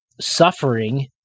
suffering